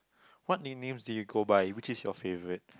what nicknames do you go by which is your favorite